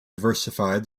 diversified